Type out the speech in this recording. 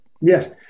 Yes